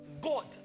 God